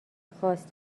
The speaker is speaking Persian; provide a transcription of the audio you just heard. خواست